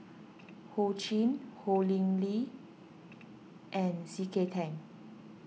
Ho Ching Ho Lee Ling and C K Tang